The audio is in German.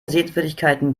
sehenswürdigkeiten